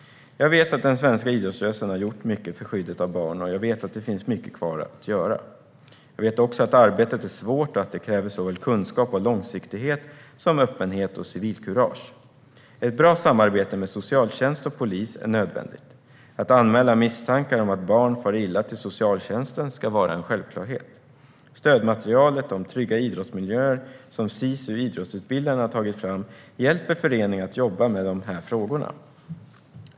Jag vet att den svenska idrottsrörelsen har gjort mycket för skyddet av barn, och jag vet att det finns mycket kvar att göra. Jag vet också att arbetet är svårt och att det kräver såväl kunskap och långsiktighet som öppenhet och civilkurage. Ett bra samarbete med socialtjänst och polis är nödvändigt. Att anmäla misstankar om att barn far illa till socialtjänsten ska vara en självklarhet. Stödmaterialet om trygga idrottsmiljöer som Sisu Idrottsutbildarna har tagit fram hjälper föreningar att jobba med de här frågorna.